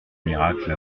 miracle